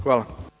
Hvala.